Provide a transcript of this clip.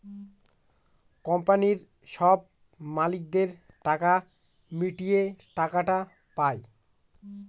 কোম্পানির সব মালিকদের টাকা মিটিয়ে টাকাটা পায়